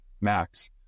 Max